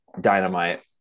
dynamite